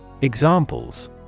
Examples